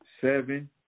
seven